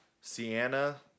Sienna